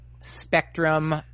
spectrum